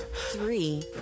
three